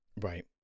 Right